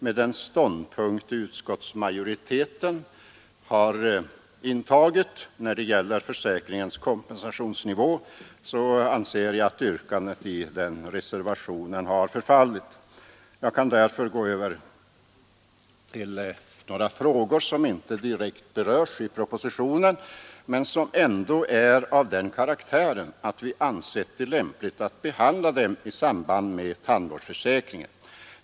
Med den ståndpunkt utskottsmajoriteten intagit när det gäller försäkringens kompensationsnivå så har yrkandet i den reservationen fallit. Jag kan därför gå över till vissa frågor som inte direkt berörs i propositionen men som ändå är av den karaktären att vi anser det lämpligt att behandla dem i samband med tandvårdsförsäkringen.